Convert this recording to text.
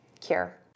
Cure